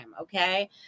Okay